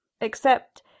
except